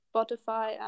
Spotify